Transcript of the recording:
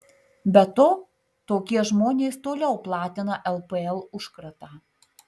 be to tokie žmonės toliau platina lpl užkratą